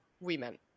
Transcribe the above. women